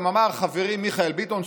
וגם אמר חברי מיכאל ביטון,